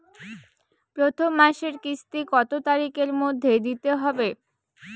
প্রথম মাসের কিস্তি কত তারিখের মধ্যেই দিতে হবে?